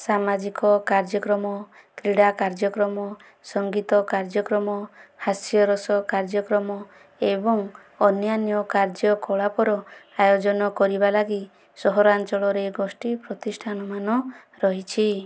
ସାମାଜିକ କାର୍ଯ୍ୟକ୍ରମ କ୍ରୀଡ଼ା କାର୍ଯ୍ୟକ୍ରମ ସଙ୍ଗୀତ କାର୍ଯ୍ୟକ୍ରମ ହାସ୍ୟରସ କାର୍ଯ୍ୟକ୍ରମ ଏବଂ ଅନ୍ୟାନ୍ୟ କାର୍ଯ୍ୟକଳାପର ଆୟୋଜନ କରିବା ଲାଗି ସହରାଞ୍ଚଳରେ ଗୋଷ୍ଠୀ ପ୍ରତିଷ୍ଠାନମାନ ରହିଛି